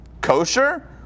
Kosher